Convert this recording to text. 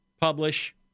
publish